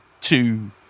two